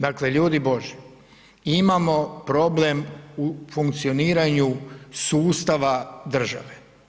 Dakle, ljubi božji, imamo problem u funkcioniranju sustava države.